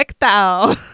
Thou